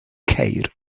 ceir